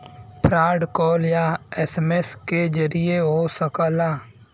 fraud call या SMS के जरिये हो सकला